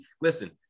Listen